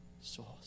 source